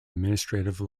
administrative